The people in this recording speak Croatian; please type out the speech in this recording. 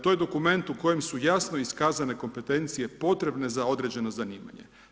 To je dokument u kojem su jasno iskazane kompetencije potrebne za određeno zanimanje.